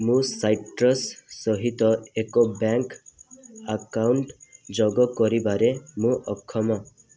ମୋ ସାଇଟ୍ରସ୍ ସହିତ ଏକ ବ୍ୟାଙ୍କ୍ ଆକାଉଣ୍ଟ୍ ଯୋଗ କରିବାରେ ମୁଁ ଅକ୍ଷମ